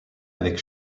avec